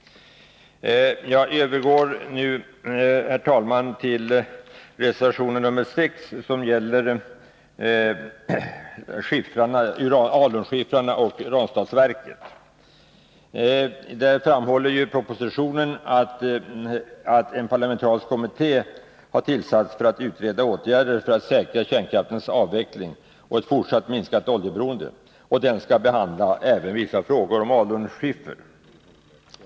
Jag övergår nu till reservation 6, som gäller alunskiffrarna och Ranstadsverket. I propositionen framhålls att en parlamentarisk kommitté har tillsatts, som skall utreda åtgärder för att säkra kärnkraftens avveckling och ett fortsatt minskat oljeberoende. Kommittén skall även behandla vissa frågor om alunskiffer.